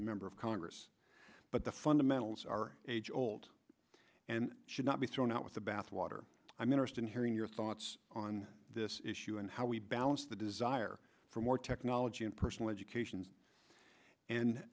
a member of congress but the fundamentals are age old and should not be thrown out with the bathwater i'm interested in hearing your thoughts on this issue and how we balance the desire for more technology and personal education and